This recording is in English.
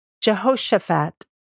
Jehoshaphat